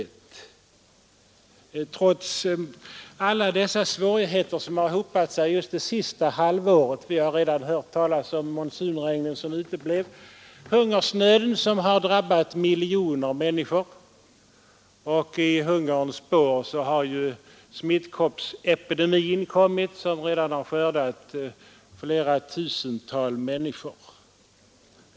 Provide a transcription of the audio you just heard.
Det har lyckats trots alla de svårigheter som hopat sig just under det senaste halvåret. Vi har redan hört talas om monsunregnen som uteblev. Vi känner till hungersnöden som har drabbat miljoner människor, och i hungerns spår har den smittkoppsepidemi kommit som redan skördat tusentals människoliv.